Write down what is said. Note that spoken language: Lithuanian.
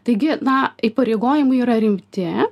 taigi na įpareigojimai yra rimti